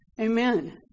Amen